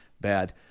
bad